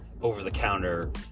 over-the-counter